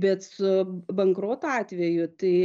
bet su bankroto atveju tai